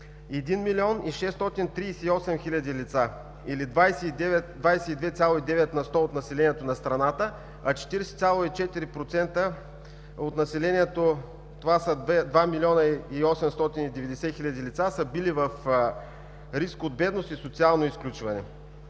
1 млн. 638 хил. лица, или 22,9 на сто от населението на страната, а 40,4% от населението – това са 2 млн. 890 хил. лица, са били в риск от бедност и социално изключване.